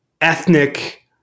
ethnic